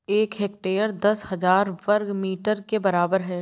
एक हेक्टेयर दस हजार वर्ग मीटर के बराबर है